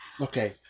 okay